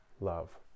love